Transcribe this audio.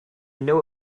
know